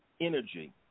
energy